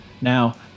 Now